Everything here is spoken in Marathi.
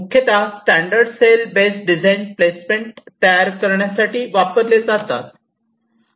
मुख्यतः standard cell base design placement तयार करण्यासाठी वापरले जातात